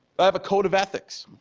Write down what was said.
i have a code of ethics.